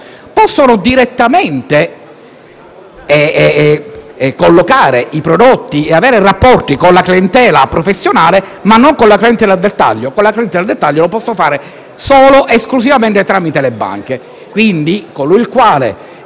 collocare i prodotti e avere rapporti con la clientela professionale, ma non con la clientela al dettaglio: con la clientela al dettaglio, possono farlo solo ed esclusivamente tramite le banche. Quindi, colui il quale abbia, per esempio, 500.000 euro